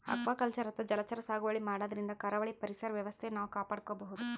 aquaculture ಅಥವಾ ಜಲಚರ ಸಾಗುವಳಿ ಮಾಡದ್ರಿನ್ದ ಕರಾವಳಿ ಪರಿಸರ್ ವ್ಯವಸ್ಥೆ ನಾವ್ ಕಾಪಾಡ್ಕೊಬಹುದ್